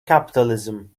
capitalism